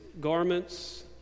garments